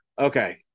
Okay